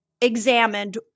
examined